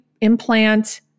implant